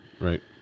Right